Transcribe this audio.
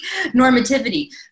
normativity